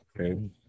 Okay